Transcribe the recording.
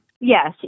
Yes